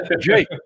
Jake